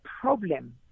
problem